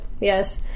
yes